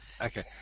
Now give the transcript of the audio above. Okay